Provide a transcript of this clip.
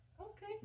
okay